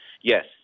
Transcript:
Yes